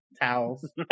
Towels